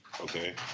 Okay